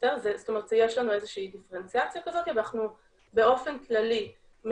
זאת אומרת יש לנו איזה שהיא דיפרנציאציה כזאת ואנחנו באופן כללי מדברים,